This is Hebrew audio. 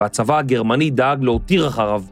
והצבא הגרמני דאג להותיר אחריו